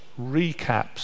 recaps